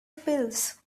pills